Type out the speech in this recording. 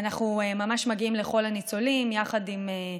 אנחנו ממש מגיעים לכל הניצולים יחד עם,